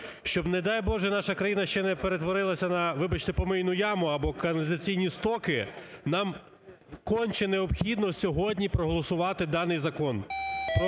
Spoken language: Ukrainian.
Щоб, не дай Боже, наша країна ще не перетворилася на, вибачте, помийну яму або каналізаційні стоки, нам конче необхідно сьогодні проголосувати даний Закон